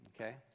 okay